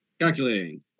Calculating